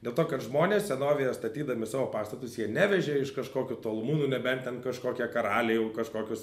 dėl to kad žmonės senovėje statydami savo pastatus jie nevežė iš kažkokių tolumų nu nebent ten kažkokie karaliai jau kažkokius